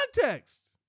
context